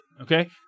Okay